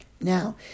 Now